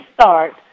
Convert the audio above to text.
start